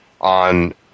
on –